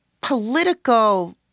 political